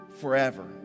forever